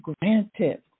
granted